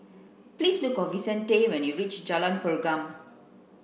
please look for Vicente when you reach Jalan Pergam